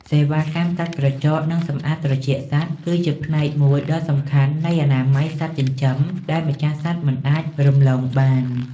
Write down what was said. សេវាកម្មកាត់ក្រចក និងសម្អាតត្រចៀកសត្វ គឺជាផ្នែកមួយដ៏សំខាន់នៃអនាម័យសត្វចិញ្ចឹមដែលម្ចាស់សត្វមិនអាចរំលងបាន។